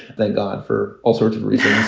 thank god for all sorts of reasons.